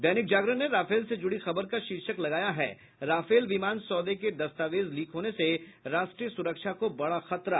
दैनिक जागरण ने राफेल से जुड़ी खबर का शीर्षक लगाया है राफेल विमान सौदे के दस्तावेज लीक होने से राष्ट्रीय सुरक्षा को बड़ा खतरा